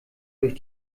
durch